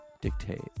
dictate